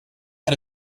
had